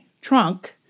trunk